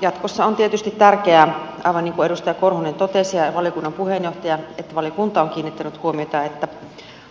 jatkossa on tietysti tärkeää aivan niin kuin edustaja korhonen ja valiokunnan puheenjohtaja totesivat että valiokunta on kiinnittänyt huomiota että